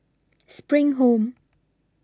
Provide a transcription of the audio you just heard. SPRING Home